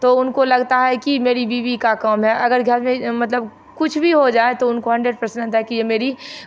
तो उनको लगता है कि मेरी बीवी का काम है अगर घर में मतलब कुछ भी हो जाए तो उनको हंड्रेड परसेंट है कि ये मेरी